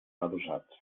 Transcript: adossats